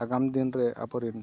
ᱟᱜᱟᱢᱫᱤᱱᱨᱮ ᱟᱵᱚᱨᱮᱱ